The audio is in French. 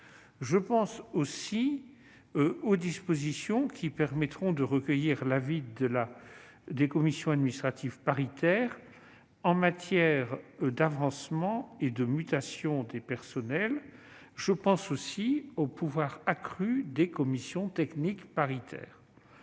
Je pense aussi aux dispositions qui permettront de recueillir l'avis des commissions administratives paritaires en matière d'avancement et de mutation des personnels. Je pense encore aux pouvoirs accrus des comités techniques paritaires.